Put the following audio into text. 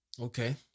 Okay